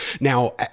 Now